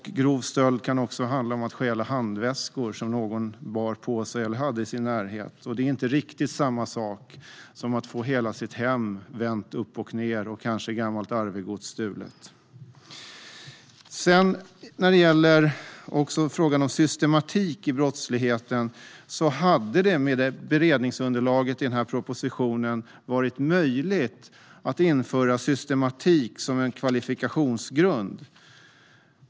Grov stöld kan ju också handla om att stjäla en handväska som någon bär på sig eller har i sin närhet. Det är inte riktigt samma sak som att få hela sitt hem vänt uppochned och kanske få gammalt arvegods stulet. Vad avser systematik i brottsligheten hade det med beredningsunderlaget i propositionen varit möjligt att införa systematik som kvalifikationsgrund.